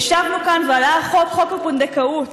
ועלה חוק הפונדקאות.